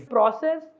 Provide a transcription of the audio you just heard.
process